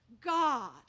God